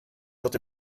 wird